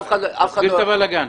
תסביר את הבלגאן.